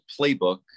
Playbook